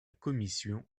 commission